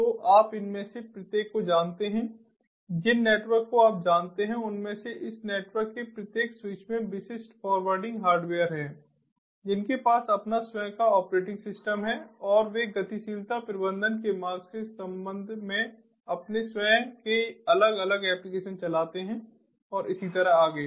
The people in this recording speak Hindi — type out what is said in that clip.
तो आप इनमें से प्रत्येक को जानते हैं जिन नेटवर्क को आप जानते हैं उनमें से इस नेटवर्क के प्रत्येक स्विच में विशिष्ट फ़ॉरवर्डिंग हार्डवेयर हैं जिनके पास अपना स्वयं का ऑपरेटिंग सिस्टम है और वे गतिशीलता प्रबंधन के मार्ग के संबंध में अपने स्वयं के अलग अलग एप्लिकेशन चलाते हैं और इसी तरह से आगे